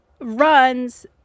runs